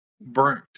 burnt